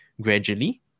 gradually